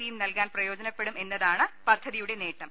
V യും നൽകാൻ പ്രയോജനപ്പെടും എന്ന താണ് പദ്ധതിയുടെ നേട്ടം